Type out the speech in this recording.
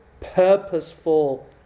purposeful